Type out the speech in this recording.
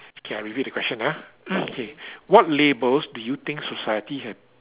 K I repeat the question ah K what labels do you think society have